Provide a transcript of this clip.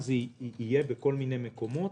זה עדיין יהיה בכל מיני מקומות,